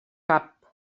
cap